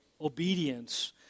obedience